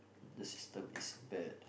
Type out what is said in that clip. the system is bad